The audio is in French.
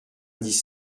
dix